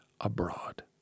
abroad